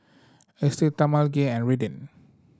Estell Talmage and Redden